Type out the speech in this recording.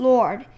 Lord